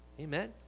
Amen